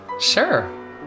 sure